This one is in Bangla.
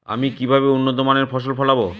আমি কিভাবে উন্নত মানের ফসল ফলাবো?